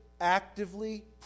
actively